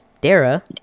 Dara